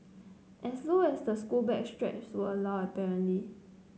as low as the school bag straps would allow apparently